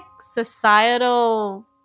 societal